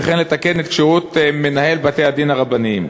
וכן לתקן את כשירות מנהל בתי-הדין הרבניים.